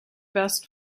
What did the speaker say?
best